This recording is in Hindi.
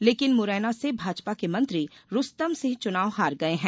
लेकिन मुरैना से भाजपा के मंत्री रुस्तम सिंह चुनाव हार गये हैं